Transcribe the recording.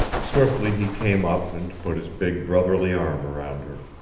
swiftly he came up and put his big, brotherly arm around her.